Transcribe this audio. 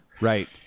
Right